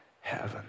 heaven